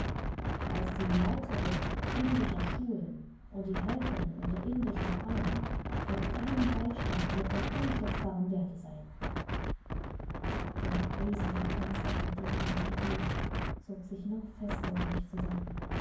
als die leiterin indischer schulen und die helferin unter indischen frauen wird dein beistand mir von unschätzbarem werte sein der eiserne panzer in den ich mich gehüllt zog sich noch fester um mich zusammen